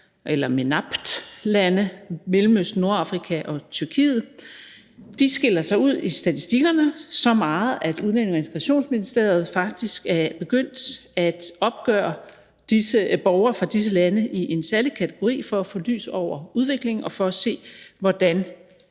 eller MENAPT-lande – Mellemøsten, Nordafrika og Tyrkiet. De skiller sig ud i statistikkerne så meget, at Udlændinge- og Integrationsministeriet faktisk er begyndt at opgøre borgere fra disse lande i en særlig kategori for at få lys over udviklingen og for at se, hvordan